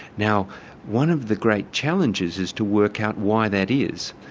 now one of the great challenges is to work out why that is.